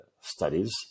studies